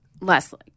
Leslie